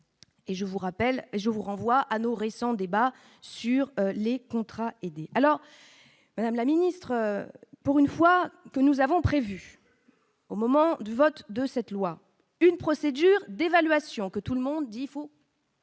je vous renvoie à nos récents débats sur les contrats aidés alors Madame la Ministre, pour une fois que nous avons prévu au moment du vote de cette loi, une procédure d'évaluation que tout le monde il faut.